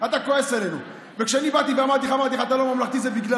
לא אמרת לו אפילו פעם אחת לצאת.